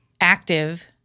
active